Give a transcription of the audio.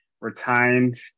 retained